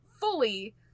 fully